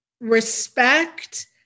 respect